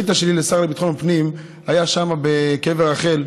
בשאילתה שלי לשר לביטחון פנים על קבר רחל,